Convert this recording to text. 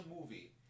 movie